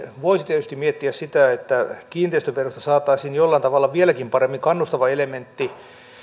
voisi tietysti miettiä sitä että kiinteistöverosta saataisiin jollain tavalla vieläkin paremmin kannustava elementti